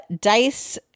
dice